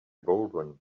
baldwin